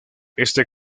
este